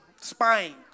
spying